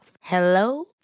Hello